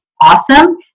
awesome